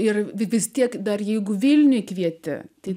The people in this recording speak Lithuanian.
ir vis tiek dar jeigu vilniuje kvieti tai